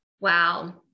wow